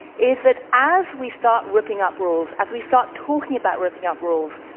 is that as we start ripping up rules, as we start talking about ripping up rules,